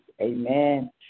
amen